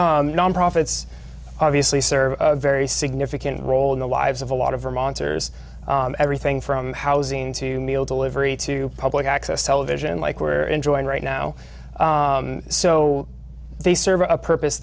nonprofits obviously serve a very significant role in the lives of a lot of vermonters everything from housing to meal delivery to public access television like we're enjoying right now so they serve a purpose